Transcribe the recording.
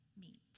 meet